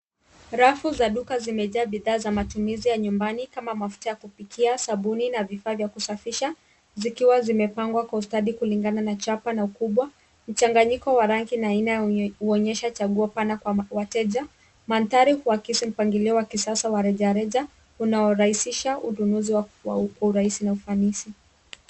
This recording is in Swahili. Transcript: Rafu za duka zimejaa bidhaa za matumizi ya nyumbani kama mafuta ya kupikia, sabuni na vifaa vya kusafisha zikiwa zimepangwa kwa ustadi kulingana na chapa na ukubwa. Mchanganyiko wa rangi na aina huonyesha chaguo pana kwa wateja. Mandhari huakisi mpangilio wa kisasa wa rejareja unaorahisisha ununuzi kwa urahisi na ufanisi.